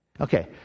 okay